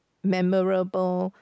memorable